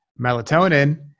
melatonin